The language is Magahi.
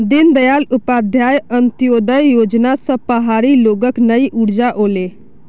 दीनदयाल उपाध्याय अंत्योदय योजना स पहाड़ी लोगक नई ऊर्जा ओले